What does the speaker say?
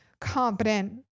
competent